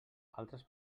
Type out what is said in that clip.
altres